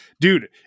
Dude